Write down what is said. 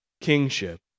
kingship